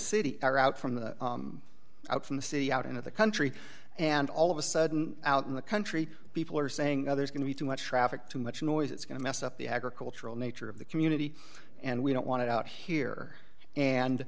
city or out from the out from the sea out of the country and all of a sudden out in the country people are saying there's going to be too much traffic too much noise it's going to mess up the agricultural nature of the community and we don't want it out here and